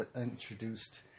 introduced